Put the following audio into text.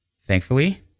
thankfully